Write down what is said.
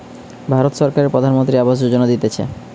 ভারত সরকারের প্রধানমন্ত্রী আবাস যোজনা দিতেছে